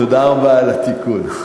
תודה רבה על התיקון.